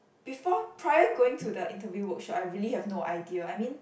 before prior going to the interview workshop I really have no idea I mean